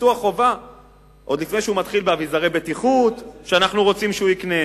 וזאת עוד לפני שהוא מתחיל באביזרי בטיחות שאנחנו רוצים שהוא יקנה.